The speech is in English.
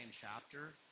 chapter